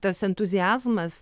tas entuziazmas